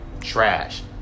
trash